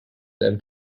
them